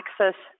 access